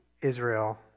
Israel